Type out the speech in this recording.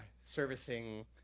servicing